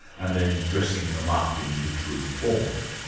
and then dressing them up in literary form?